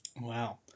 wow